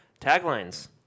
Taglines